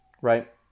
right